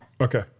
Okay